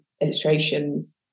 illustrations